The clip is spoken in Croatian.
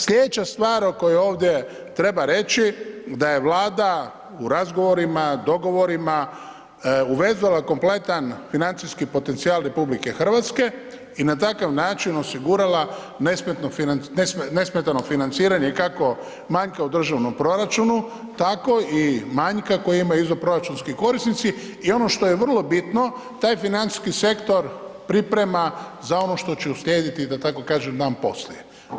Slijedeća stvar o kojoj ovdje treba reći, da je Vlada u razgovorima, dogovorima uvezala kompletan financijski potencijal RH i na takav način osigurala nesmetano financiranje kako manjka u državnom proračunu, tako i manjka koji imaju izvanproračunski korisnici i ono što je vrlo bitno, taj financijski sektor priprema za ono što će uslijediti da tako kažem, dan poslije.